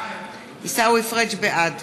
בעד